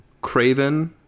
Craven